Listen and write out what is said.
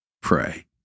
pray